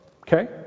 Okay